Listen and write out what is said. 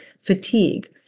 fatigue